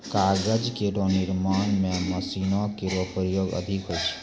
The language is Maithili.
कागज केरो निर्माण म मशीनो केरो प्रयोग अधिक होय छै